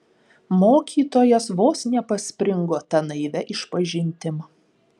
mokytojas vos nepaspringo ta naivia išpažintim